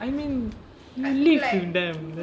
I mean you live with them